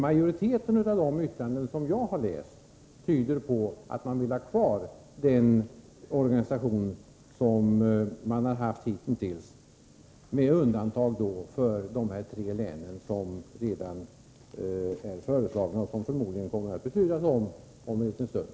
Majoriteten av de yttranden som jag har läst tyder på att man vill ha kvar den organisation som man hittills haft, med undantag för de tre län som redan är föreslagna och som det om en liten stund förmodligen kommer att fattas beslut om.